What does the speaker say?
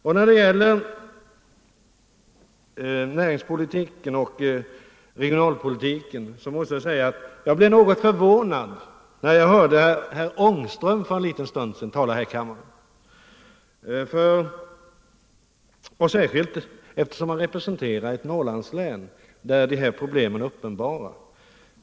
Vad beträffar näringspolitiken och regionalpolitiken måste jag säga att jag blev ganska förvånad, när jag för en stund sedan hörde herr Ångström tala här i kammaren, särskilt som han representerar ett Norrlandslän där problemen är uppenbara.